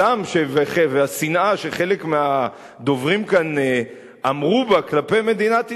הזעם והשנאה שחלק מהדוברים כאן אמרו כלפי מדינת ישראל,